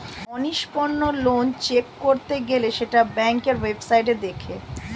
অনিষ্পন্ন loan check করতে গেলে সেটা ব্যাংকের ওয়েবসাইটে দেখে